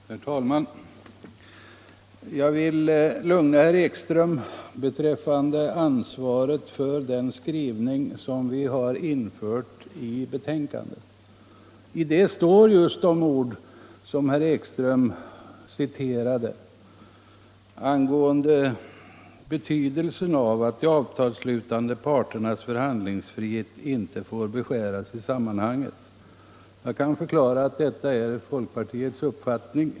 Herr talman! Jag vill lugna herr Ekström beträffande ansvaret för den skrivning som vi har infört i finansutskottets betänkande 1975:1. Där står just de ord som herr Ekström citerade angående ”betydelsen av att de avtalsslutande parternas förhandlingsfrihet ej får beskäras i sammanhanget”. Jag kan förklara att detta är folkpartiets uppfattning.